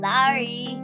Sorry